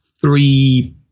three